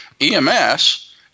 EMS